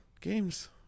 games